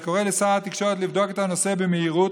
אני קורא לשר התקשורת לבדוק את הנושא במהירות.